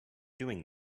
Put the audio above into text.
doing